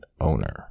owner